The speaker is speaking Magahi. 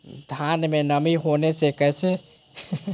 धान में नमी होने से कैसे बचाया जा सकता है?